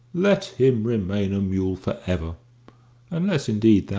let him remain a mule for ever unless, indeed,